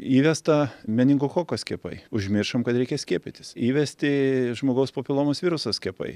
įvesta meningokoko skiepai užmiršom kad reikia skiepytis įvesti žmogaus papilomos viruso skiepai